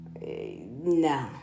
no